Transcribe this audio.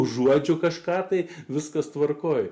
užuodžiu kažką tai viskas tvarkoje